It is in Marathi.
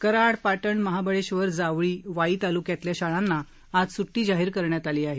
कराड पाटण महाबळेधरजावळी वाई तालुक्यातील शाळांना आज सुट्टी जाहीर करण्यात आली आहे